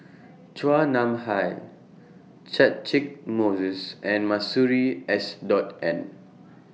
Chua Nam Hai Catchick Moses and Masuri S Dot N